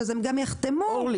אז הם גם יחתמו ויתקדמו.